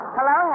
Hello